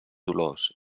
dolors